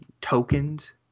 tokens